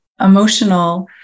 emotional